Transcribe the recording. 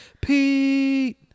Pete